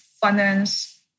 finance